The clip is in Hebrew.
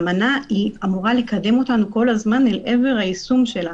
האמנה אמורה לקדם אותנו כל הזמן לעבר יישומה,